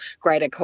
greater